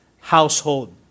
household